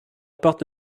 porte